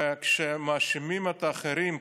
וכשמאשימים את האחרים,